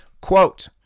quote